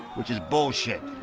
which is bullshit.